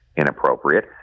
inappropriate